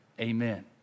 amen